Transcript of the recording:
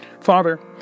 Father